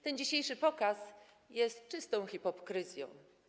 Ten dzisiejszy pokaz jest czystą hipokryzją.